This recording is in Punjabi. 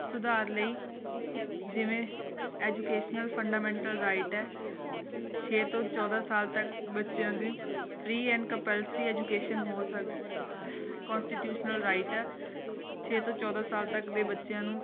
ਸੁਧਾਰ ਲਈ ਜਿਵੇਂ ਐਜੂਕੇਸ਼ਨਲ ਫੰਡਾਮੈਂਟਲ ਰਾਈਟ ਹੈ ਸ ਛੇ ਤੋਂ ਚੌਦ੍ਹਾਂ ਸਾਲ ਤੱਕ ਬੱਚਿਆਂ ਦੀ ਫਰੀ ਐਂਡ ਕੰਪਲਸਰੀ ਐਜੂਕੇਸ਼ਨ ਹੋ ਸਕੇ ਕੋਸਟੀਟਿਊਸ਼ਨਲ ਰਾਈਟ ਆ ਛੇ ਤੋਂ ਚੌਦ੍ਹਾਂ ਸਾਲ ਤੱਕ ਦੇ ਬੱਚਿਆਂ ਨੂੰ